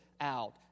out